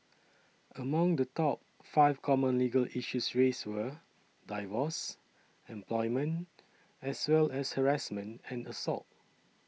among the top five common legal issues raised were divorce employment as well as harassment and assault